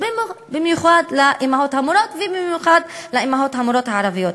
במיוחד אצל האימהות המורות ובמיוחד האימהות המורות הערביות.